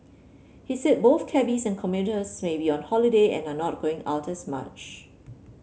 he said both cabbies and commuters may be on holiday and are not going out as much